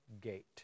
gate